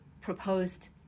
proposed